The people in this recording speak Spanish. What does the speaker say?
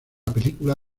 película